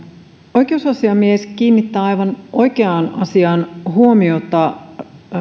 oikeusasiamies kiinnittää aivan oikeaan asiaan huomiota